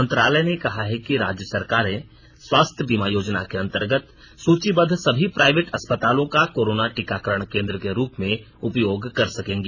मंत्रालय ने कहा है कि राज्य सरकारें स्वास्थ्य बीमा योजना के अंतर्गत सूचीबद्व सभी प्राइवेट अस्पतालों का कोरोना टीकाकरण केन्द्र के रूप में उपयोग कर सकेंगी